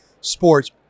sports